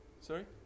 Sorry